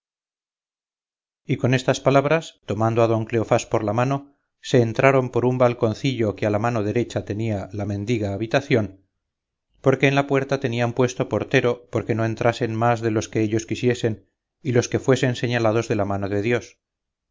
con estas palabras tomando a don cleofás por la mano se entraron por un balconcillo que a la mano derecha tenía la mendiga habitación porque en la puerta tenían puesto portero porque no entrasen más de los que ellos quisiesen y los que fuesen señalados de la mano de dios